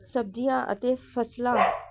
ਸਬਜ਼ੀਆਂ ਅਤੇ ਫਸਲਾਂ